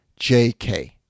JK